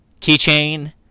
keychain